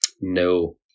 No